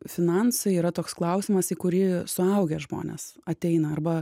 finansai yra toks klausimas į kurį suaugę žmonės ateina arba